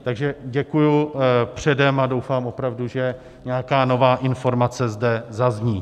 Takže děkuji předem a doufám opravdu, že nějaká nová informace zde zazní.